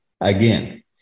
again